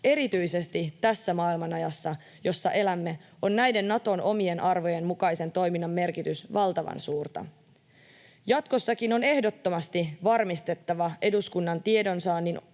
Erityisesti tässä maailmanajassa, jossa elämme, on näiden Naton omien arvojen mukaisen toiminnan merkitys valtavan suurta. Jatkossakin on ehdottomasti varmistettava eduskunnan tiedonsaanti ja